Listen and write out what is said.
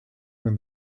when